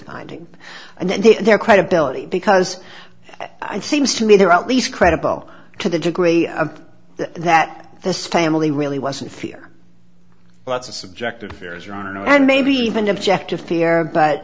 finding and then their credibility because i seems to me they're at least credible to the degree that this family really wasn't fear lots of subjective affairs or no and maybe even objective